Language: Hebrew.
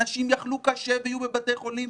אנשים יחלו קשה ויהיו בבתי חולים.